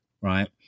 Right